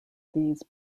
these